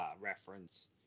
reference